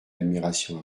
admiration